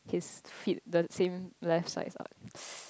his feet the same left side is up